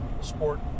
sport